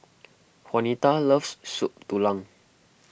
Juanita loves Soup Tulang